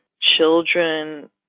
children